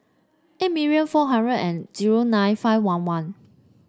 eight million four hundred and zero nine five one one